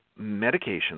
medications